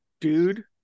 dude